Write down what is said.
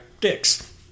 dicks